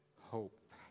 hope